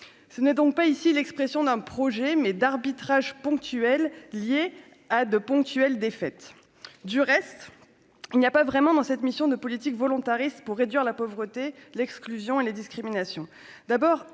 ce n'est donc pas ici l'expression d'un projet mais d'arbitrage ponctuels liés à 2 ponctuels défaite du reste, il n'y a pas vraiment dans cette mission de politique volontariste pour réduire la pauvreté, l'exclusion et la discrimination